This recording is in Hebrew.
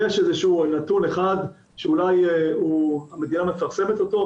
יש נתון אחד שהמדינה מפרסמת אותו,